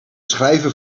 schrijven